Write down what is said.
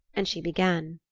and she began.